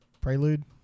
Prelude